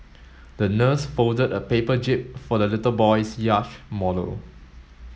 the nurse folded a paper jib for the little boy's yacht model